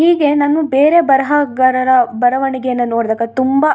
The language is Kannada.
ಹೀಗೆ ನಾನು ಬೇರೆ ಬರಹಗಾರರ ಬರವಣಿಗೆಯನ್ನು ನೋಡ್ದಾಗ ತುಂಬ